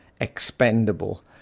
expendable